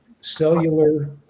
cellular